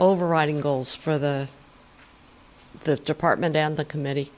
overriding goals for the the department and the committee